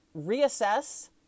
reassess